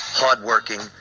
hardworking